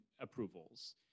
approvals